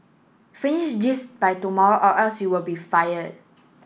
finish this by tomorrow or else you'll be fire